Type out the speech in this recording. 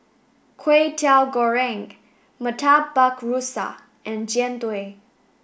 Kway Teow Goreng Murtabak Rusa and Jian Dui